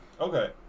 Okay